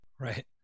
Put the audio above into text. Right